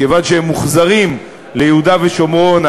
כיוון שהם מוחזרים ליהודה ושומרון,